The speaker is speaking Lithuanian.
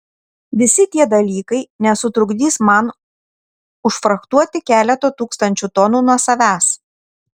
visi tie dalykai nesutrukdys man užfrachtuoti keleto tūkstančio tonų nuo savęs